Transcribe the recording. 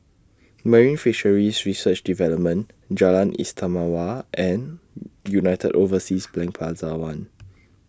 Marine Fisheries Research Development Jalan Istimewa and United Overseas Bank Plaza one